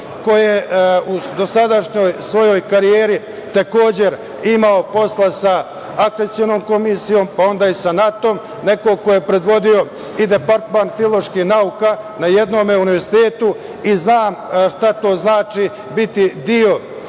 ko je u dosadašnjoj svojoj karijeri takođe imao posla sa Akreditacionom komisijom, pa onda i sa NAT-om, neko ko je predvodio i departman filoloških nauka na jednom univerzitetu i znam šta znači biti deo